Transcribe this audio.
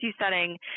setting